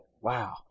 Wow